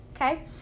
okay